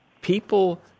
people